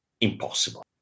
impossible